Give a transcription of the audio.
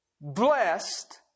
blessed